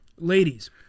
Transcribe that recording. Ladies